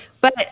But-